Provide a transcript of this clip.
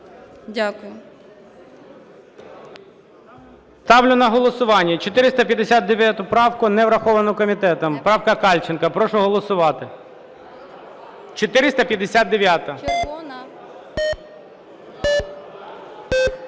Ставлю на голосування 485 правку, не враховану комітетом, правка Кальченка. Прошу голосувати. 459-а.